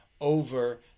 over